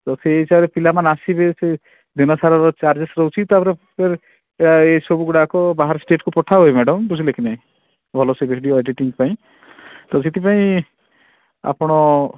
ତ ସେଇ ହିସାବରେ ପିଲାମାନେ ଆସିବେ ସେ ଦିନସାରା ର ଚାର୍ଜେସ୍ ରହୁଛି ତା ପରେ ଫେର୍ ଏ ସବୁ ଗୁଡ଼ାକ ବାହାର ଷ୍ଟେଟକୁ ପଠା ହୁଏ ମ୍ୟାଡ଼ାମ୍ ବୁଝିଲେ କି ନାଇ ଭଲ ସେ ଭିଡ଼ିଓ ଏଡ଼ିଟିଂ ପାଇଁ ତ ସେଥିପାଇଁ ଆପଣ